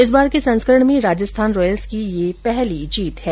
इस बार के संस्करण में राजस्थान रॉयल्स की यह पहली जीत है